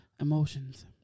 Emotions